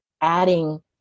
adding